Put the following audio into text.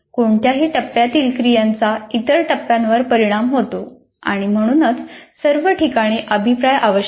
कोणत्याही टप्प्यातील क्रियांचा इतर सर्व टप्प्यांवर परिणाम होतो आणि म्हणूनच सर्व ठिकाणी अभिप्राय आवश्यक आहे